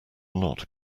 not